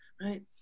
right